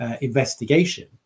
investigation